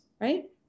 Right